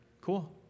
cool